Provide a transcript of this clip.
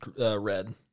red